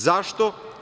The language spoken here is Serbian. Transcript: Zašto?